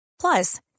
Plus